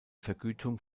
vergütung